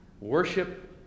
Worship